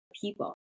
people